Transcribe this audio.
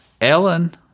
Ellen